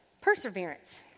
perseverance